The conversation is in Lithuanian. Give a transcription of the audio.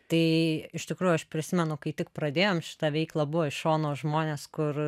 tai iš tikrųjų aš prisimenu kai tik pradėjom šitą veiklą buvo iš šono žmonės kur